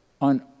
on